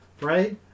right